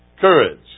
Courage